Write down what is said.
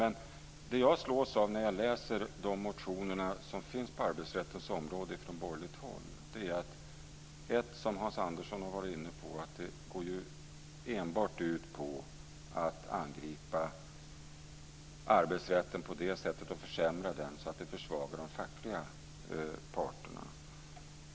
Det som jag slås av när jag läser de motioner som har väckts från borgerligt håll på arbetsrättens område är bl.a. det som Hans Andersson har varit inne på, nämligen att de enbart går ut på att angripa arbetsrätten och försämra den så att det försvagar de fackliga parterna.